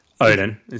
Odin